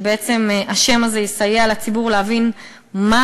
ובעצם השם הזה יסייע לציבור להבין מה